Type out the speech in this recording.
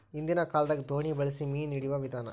ಹಿಂದಿನ ಕಾಲದಾಗ ದೋಣಿ ಬಳಸಿ ಮೇನಾ ಹಿಡಿಯುವ ವಿಧಾನಾ